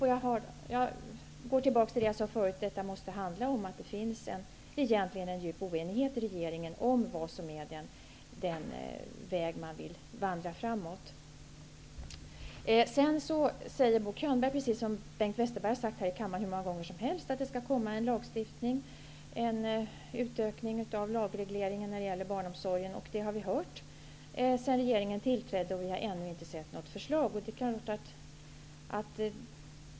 Det måste som sagt handla om att det egentligen finns en djup oenighet inom regeringen om vad som är den väg som man vill vandra framåt. Sedan säger Bo Könberg, precis som Bengt Westerberg har sagt hur många gånger som helst, att det skall komma ett förslag till en lag som innebär en utökning av lagregleringen inom barnomsorgen. Detta har vi hört sedan regeringen tillträdde, men vi har ännu inte sett något förslag.